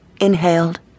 inhaled